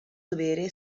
dovere